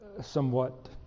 somewhat